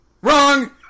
Wrong